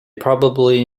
probably